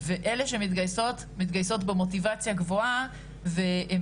ואלה שמתגייסות מתגייסות במוטיבציה גבוהה והן